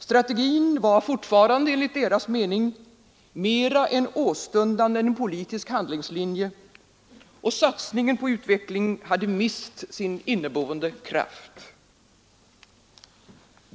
Strategin var fortfarande enligt deras mening mera en åstundan än en politisk handlingslinje, och satsningen på utvecklingen hade mist sin inneboende kraft.